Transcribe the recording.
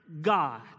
God